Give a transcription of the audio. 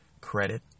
credit